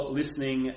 listening